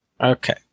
Okay